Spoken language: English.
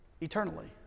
eternally